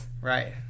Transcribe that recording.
Right